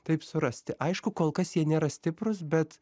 taip surasti aišku kol kas jie nėra stiprūs bet